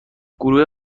گروه